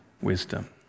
wisdom